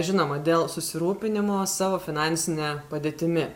žinoma dėl susirūpinimo savo finansine padėtimi